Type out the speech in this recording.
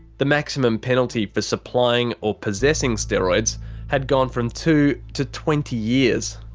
the maximum penalty for supplying or possessing steroids had gone from two to twenty years.